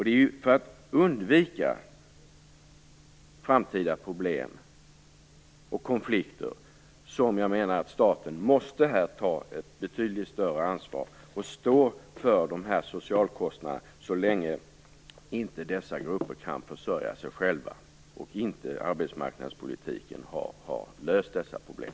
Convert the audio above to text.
Det är för att undvika framtida problem och konflikter som staten måste ta ett betydligt större ansvar och stå för de här socialkostnaderna, så länge dessa grupper inte kan försörja sig själva och arbetsmarknadspolitiken inte har löst dessa problem.